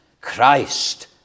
Christ